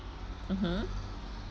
mmhmm